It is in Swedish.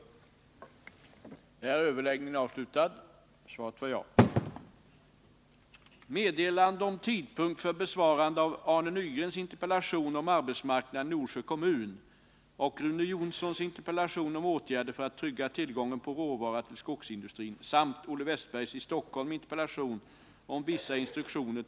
Ö 13 Överläggningen var härmed avslutad.